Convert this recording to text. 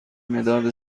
مداد